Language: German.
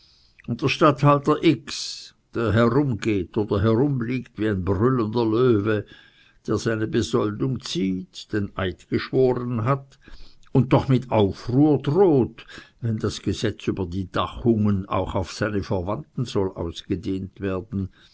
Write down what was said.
der statthalter t der herumgeht oder herumliegt wie ein brüllender löwe der seine besoldung zieht den eid geschworen hat und doch mit aufruhr droht wenn das gesetz über die dachungen auch auf seine verwandten soll ausgedehnt werden